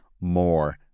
more